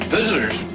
Visitors